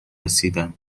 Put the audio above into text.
رسیدم